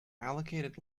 allocated